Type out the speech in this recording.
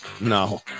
No